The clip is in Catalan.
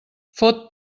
fot